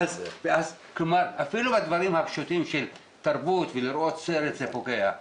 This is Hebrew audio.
כלומר אפילו בדברים הפשוטים של תרבות ולראות סרט זה פוגע.